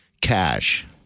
cash